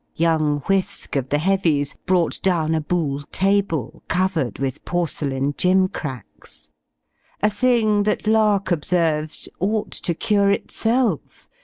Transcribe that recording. young whisk, of the heavies, brought down a buhl table, covered with porcelain gimcracks a thing that lark observed ought to cure itself,